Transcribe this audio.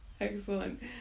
Excellent